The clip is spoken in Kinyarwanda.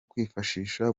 kwifashisha